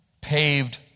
paved